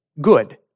good